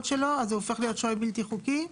שלו אז הוא הופך להיות שוהה בלתי חוקי?